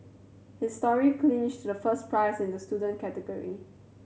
his story clinched the first prize in the student category